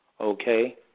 Okay